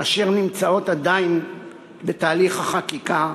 שנמצאות עדיין בתהליך החקיקה